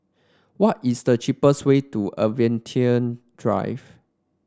what is the cheapest way to Aviation Drive